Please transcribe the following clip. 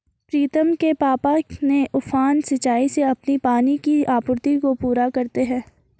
प्रीतम के पापा ने उफान सिंचाई से अपनी पानी की आपूर्ति को पूरा करते हैं